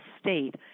state